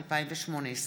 אלהרר, איציק שמולי,